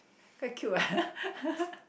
quite cute ah